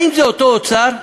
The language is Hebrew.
האם זה אותו אוצר?